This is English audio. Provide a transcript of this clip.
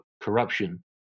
corruption